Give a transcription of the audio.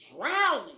drowning